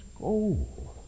gold